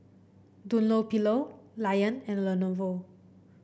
Dunlopillo Lion and Lenovo